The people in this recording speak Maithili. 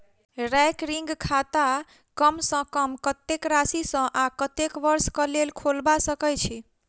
रैकरिंग खाता कम सँ कम कत्तेक राशि सऽ आ कत्तेक वर्ष कऽ लेल खोलबा सकय छी